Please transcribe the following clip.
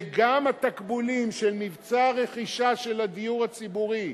וגם התקבולים של מבצע הרכישה של הדיור הציבורי,